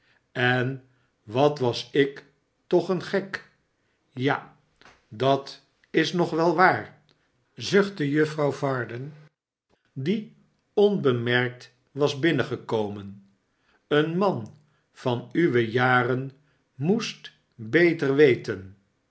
en wat was ik toch een gek ja dat is nog wel waar zuchtte jufixouw varden die onbemerkt was binnengekomen seen man van uwe jaren moest beter weten